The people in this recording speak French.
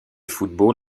football